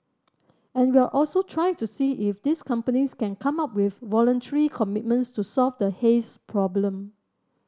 and we'll also try to see if these companies can come up with voluntary commitments to solve the haze problem